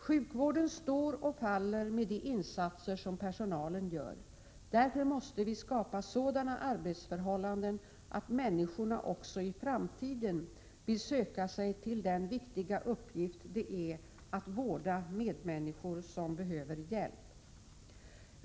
Sjukvården står och faller med de insatser som personalen gör. Därför måste vi skapa sådana arbetsförhållanden att människorna också i framtiden vill söka sig till den viktiga uppgift det är att vårda medmänniskor som behöver hjälp.